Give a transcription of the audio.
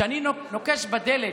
כשאני נוקש בדלת,